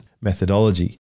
methodology